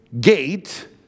gate